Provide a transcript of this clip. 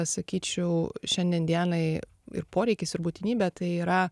sakyčiau šiandien dienai ir poreikis ir būtinybė tai yra